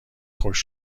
خوش